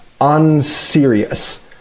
unserious